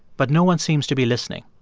but no one seems to be listening.